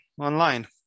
online